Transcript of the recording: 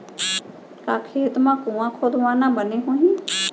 का खेत मा कुंआ खोदवाना बने होही?